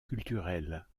culturelles